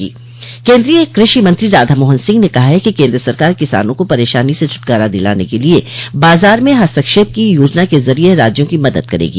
केन्द्रीय कृषि मंत्री राधा मोहन सिंह ने कहा है कि केन्द्र सरकार किसानों को परेशानी से छुटकारा दिलाने के लिए बाजार में हस्तक्षेप की योजना के जरिये राज्यों की मदद करेगी